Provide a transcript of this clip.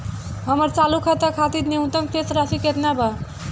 हमर चालू खाता खातिर न्यूनतम शेष राशि केतना बा?